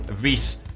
Reese